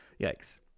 Yikes